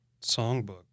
songbook